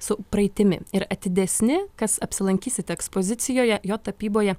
su praeitimi ir atidesni kas apsilankysite ekspozicijoje jo tapyboje